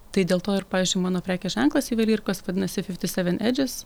tai dėl to ir pavyzdžiui mano prekės ženklas juvelyrikos vadinasi fifti seven edžes